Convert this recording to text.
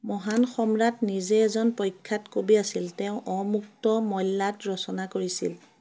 মহান সম্ৰাট নিজে এজন প্ৰখ্যাত কবি আছিল তেওঁ অমুক্ত মল্যাদ ৰচনা কৰিছিল